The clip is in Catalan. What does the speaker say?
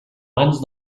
mans